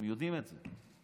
הם יודעים את זה.